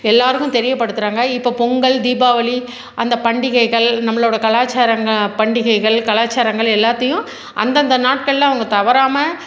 எல்லாருக்கும் தெரியப்படுத்துறாங்க இப்போ பொங்கல் தீபாவளி அந்த பண்டிகைகள் நம்பளோட கலாச்சாரங்க பண்டிகைகள் கலாச்சாரங்கள் எல்லாத்தையும் அந்தந்த நாட்களில் அவங்க தவறாம